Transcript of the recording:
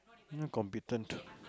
not competent